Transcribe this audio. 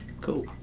Cool